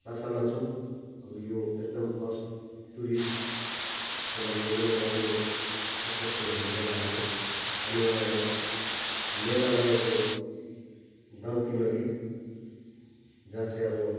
लाचा लाचुङ अब यो एकदम टुरिस्टको लागि एकदमै राम्रो आकर्षण हुने जग्गाहरू हो अनि आएर मेघालयको दाउकी नदी जहाँ से अब